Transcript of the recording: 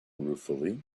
ruefully